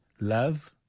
love